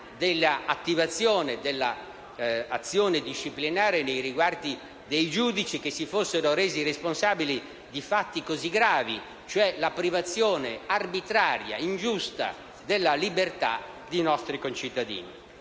della attivazione dell'azione disciplinare nei riguardi dei giudici che si fossero resi responsabili di fatti gravi quali la privazione arbitraria e ingiusta della libertà dei nostri concittadini.